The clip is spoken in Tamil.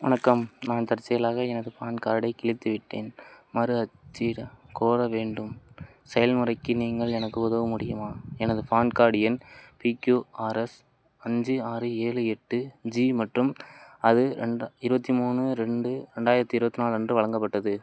வணக்கம் நான் தற்செயலாக எனது பான் கார்டைக் கிழித்துவிட்டேன் மறு அச்சிடக் கோர வேண்டும் செயல்முறைக்கு நீங்கள் எனக்கு உதவ முடியுமா எனது பான் கார்ட் எண் பிகியூஆர்எஸ் அஞ்சு ஆறு ஏழு எட்டு ஜி மற்றும் அது ரெண்டா இருபத்தி மூணு ரெண்டு ரெண்டாயிரத்தி இருபத்தி நாலு அன்று வழங்கப்பட்டது